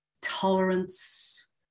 tolerance